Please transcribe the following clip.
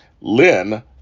Lynn